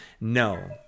no